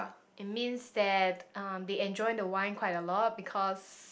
it means that um they enjoy the wine quite a lot because